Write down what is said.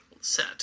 set